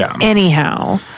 anyhow